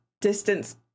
distance